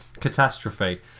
Catastrophe